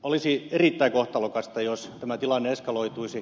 olisi erittäin kohtalokasta jos tämä tilanne eskaloituisi